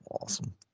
awesome